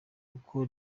kuko